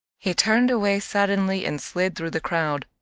he turned away suddenly and slid through the crowd.